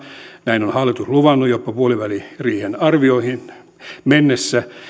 näin on hallitus luvannut ja jopa puoliväliriihen arvioihin mennessä